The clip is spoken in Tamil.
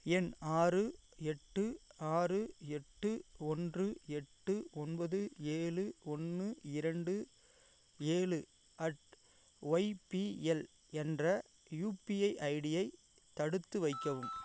எண் ஆறு எட்டு ஆறு எட்டு ஒன்று எட்டு ஒன்பது ஏழு ஒன்று இரண்டு ஏழு அட் ஒய்பிஎல் என்ற யுபிஐ ஐடியை தடுத்து வைக்கவும்